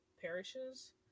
parishes